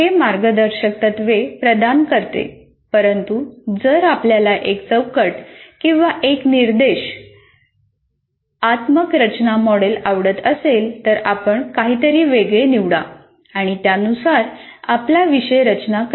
हे मार्गदर्शक तत्त्वे प्रदान करते परंतु जर आपल्याला एक चौकट किंवा एक निर्देश आत्मक रचना मॉडेल आवडत नसेल तर आपण काहीतरी वेगळे निवडा आणि त्यानुसार आपला विषय रचना करा